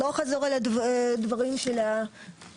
לא אחזור על הדברים של הדוברים,